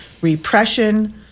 repression